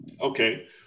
Okay